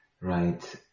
right